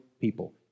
people